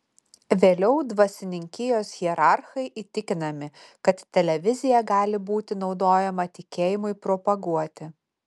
vėliau dvasininkijos hierarchai įtikinami kad televizija gali būti naudojama tikėjimui propaguoti